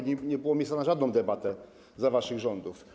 Nie było miejsca na żadną debatę za waszych rządów.